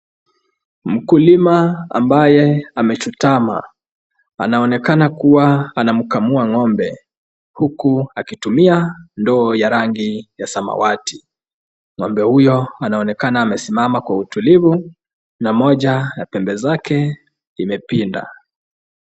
Mkulima ambaye amechutama. Anaonekana kuwa anamkamua ng'ombe huku akitumia ndoo ya rangi ya samawati. Ng'ombe huyo anaonekana amesimama kwa utulivu na moja ya pembe zake imepinda.